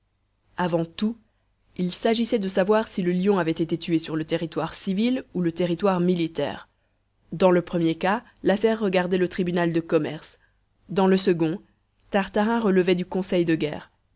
avant tout il s'agissait de savoir si le lion avait été tué sur le territoire civil ou le territoire militaire dans le premier cas l'affaire regardait le tribunal de commerce dans le second tartarin relevait du conseil de guerre